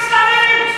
גזלנים,